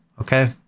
okay